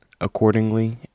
Accordingly